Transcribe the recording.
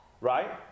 right